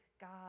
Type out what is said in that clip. God